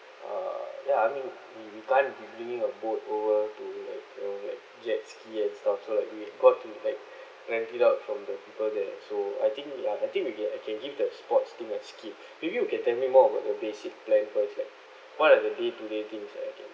uh ya I mean we we can't be bringing a boat over to like you know like jet ski and stuff so like we got to like rent it out from the people there so I think we uh I think we uh can give the sports thing a skip maybe you can tell me more about the basic plan first like what are the day to day things that I can